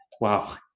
Wow